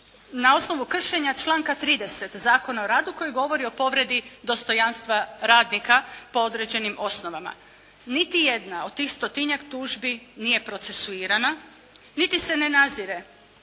na osnovu kršenja članka 30. Zakona o radu koji govori o povredi dostojanstva radnika po određenim osnovama. Niti jedna od tih stotinjak tužbi nije procesuirana niti se ne nazire